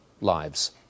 lives